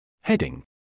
Heading